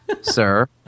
sir